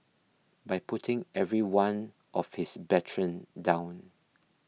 by putting every one of his brethren down